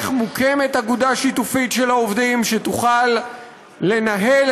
איך מוקמת אגודה שיתופית של העובדים שתוכל לנהל